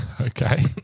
Okay